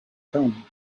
come